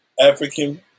African